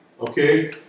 Okay